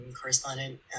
correspondent